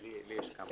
לי יש כמה הערות.